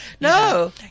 No